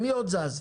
מי עוד זז.